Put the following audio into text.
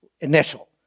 initial